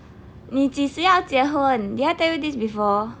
你几时要结婚 did I tell you this before